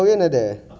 yes